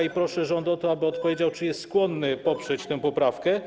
I proszę rząd o to, aby odpowiedział, czy jest skłonny poprzeć tę poprawkę.